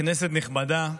כנסת נכבדה,